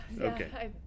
Okay